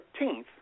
13th